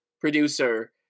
producer